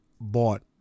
bought